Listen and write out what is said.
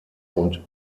und